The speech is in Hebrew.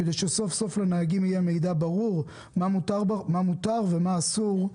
כדי שסוף-סוף לנהגים יהיה מידע ברור מה מותר ומה אסור.